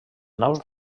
naus